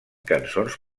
cançons